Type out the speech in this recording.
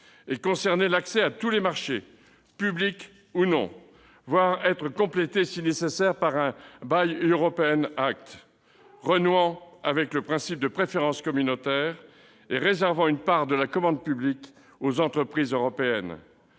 s'étendre à tous les marchés, publics ou non, voire être complétée si nécessaire par un renouant avec le principe de préférence communautaire et réservant une part de la commande publique aux entreprises européennes,